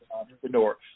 entrepreneur